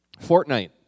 Fortnite